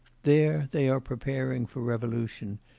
there, they are preparing for revolution,